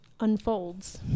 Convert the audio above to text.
unfolds